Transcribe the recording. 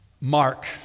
Mark